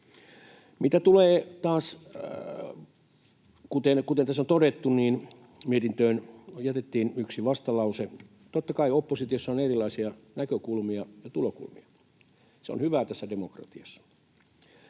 Mitä tulee taas siihen, kuten tässä on todettu, että mietintöön jätettiin yksi vastalause, niin totta kai oppositiossa on erilaisia näkökulmia ja tulokulmia. Se on hyvää tässä demokratiassa.